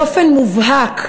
באופן מובהק,